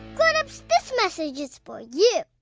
grown-ups, this message is for you